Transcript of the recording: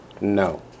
No